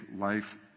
life